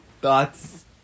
thoughts